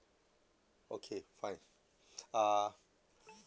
okay fine uh